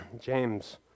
James